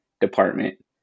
department